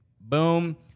Boom